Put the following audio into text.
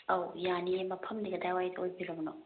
ꯑꯧ ꯌꯥꯅꯤꯌꯦ ꯃꯐꯝꯗꯤ ꯀꯗꯥꯏꯋꯥꯏꯗ ꯑꯣꯏꯕꯤꯔꯕꯅꯣ